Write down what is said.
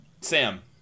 Sam